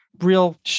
real